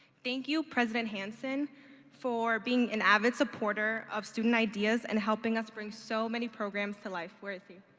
thank you president hanson for being an avid supporter of student ideas and helping us bring so many programs to life. where is he?